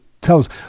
tells